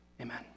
Amen